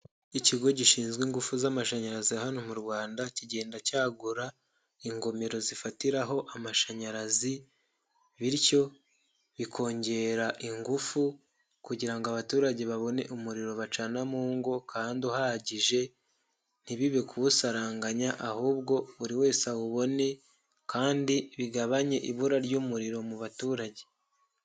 Ikigo gishinzwe ingufu z'amashanyarazi hano mu Rwanda kigenda cyagura ingomero zifatiraho amashanyarazi bityo bikongera ingufu kugira ngo abaturage babone umuriro bacana mu ngo kandi uhagije ntibibe kuwusaranganya ahubwo buri wese awubone kandi bigabanye ibura ry'umuriro mu baturage.